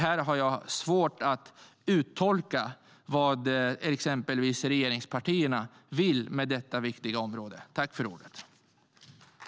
Jag har svårt att uttolka vad regeringspartierna vill på detta viktiga område.